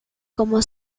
como